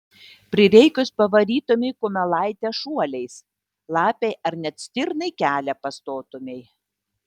prireikus pavarytumei kumelaitę šuoliais lapei ar net stirnai kelią pastotumei